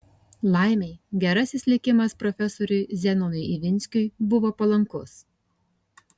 laimei gerasis likimas profesoriui zenonui ivinskiui buvo palankus